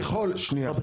תנו לו לדבר, שנייה.